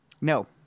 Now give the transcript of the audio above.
no